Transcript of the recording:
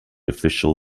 official